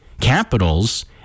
Capitals